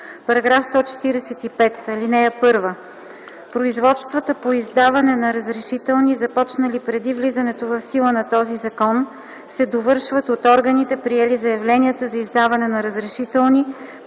„§ 145. (1) Производства по издаване на разрешителни, започнали преди влизането в сила на този закон, се довършват от органите, приели заявленията за издаване на разрешителни,